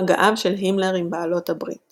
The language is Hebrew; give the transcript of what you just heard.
מגעיו של הימלר עם בעלות הברית